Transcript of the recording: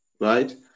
right